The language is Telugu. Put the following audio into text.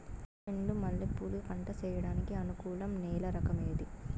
చెండు మల్లె పూలు పంట సేయడానికి అనుకూలం నేల రకం ఏది